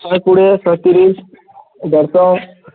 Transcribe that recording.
ଶହେ କୁଡ଼େ ଶହେ ତିରିଶ୍ ଦେଢ଼ଶହ